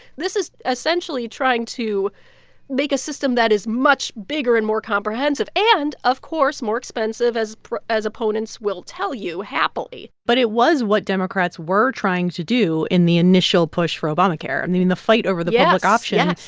this is essentially trying to make a system that is much bigger and more comprehensive and, of course, more expensive, as as opponents will tell you happily but it was what democrats were trying to do in the initial push for obamacare. and i mean, the fight over the public option. yeah